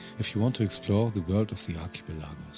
if you want to explore the world of the archipelagos.